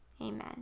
Amen